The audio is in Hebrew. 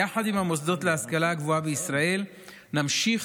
יחד עם המוסדות להשכלה גבוהה בישראל נמשיך